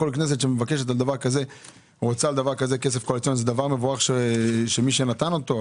כל כנסת שרוצה על דבר כזה כסף קואליציוני זה דבר מבורך של מי שנתן אותו,